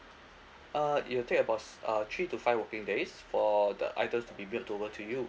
err it'll take about s~ uh three to five working days for the items to be mailed over to you